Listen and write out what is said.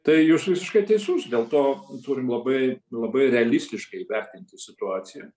tai jūs visiškai teisus dėl to turim labai labai realistiškai įvertinti situaciją